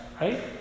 right